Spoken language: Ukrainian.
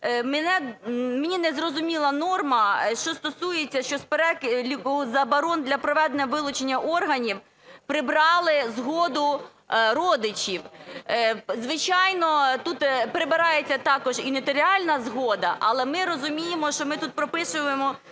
мені незрозуміла норма, що стосується… що з переліку заборон для проведення вилучення органів прибрали згоду родичів. Звичайно, тут прибирається також і нотаріальна згода, але ми розуміємо, що ми тут прописуємо